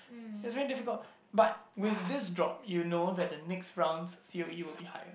it's really difficult but with this drop you know that the next round series will be higher